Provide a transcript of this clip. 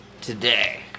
today